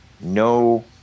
no